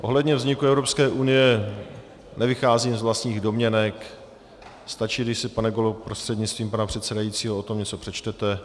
Ohledně vzniku Evropské unie nevycházím z vlastních domněnek, stačí, když si, pane kolego prostřednictvím pana předsedajícího, o tom něco přečtete.